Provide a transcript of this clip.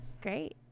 great